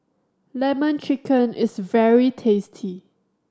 Lemon Chicken is very tasty